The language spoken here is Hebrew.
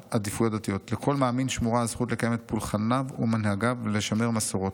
לכל מאמין שמורה הזכות לקיים את פולחניו ומנהגיו ולשמר מסורות.